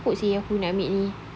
takut seh aku nak ambil ni